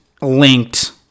linked